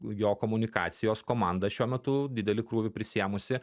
jo komunikacijos komanda šiuo metu didelį krūvį prisiėmusi